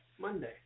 Monday